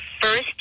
first